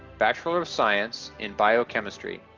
bachelor of science in biochemistry.